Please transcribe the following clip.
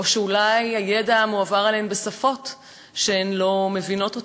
או שאולי הידע המועבר אליהן הוא בשפות שהן לא מבינות.